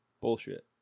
Bullshit